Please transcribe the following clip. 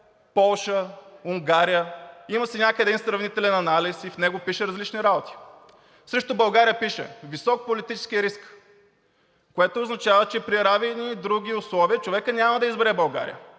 Полша, Унгария, има си някъде един сравнителен анализ и в него пише различни работи. Срещу България пише: висок политически риск, което означава, че при равни други условия човекът няма да избере България,